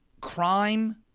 crime